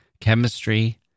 chemistry